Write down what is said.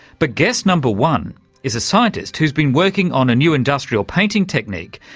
but guest number one is a scientist who's been working on a new industrial painting technique,